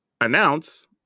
announce